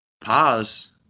Pause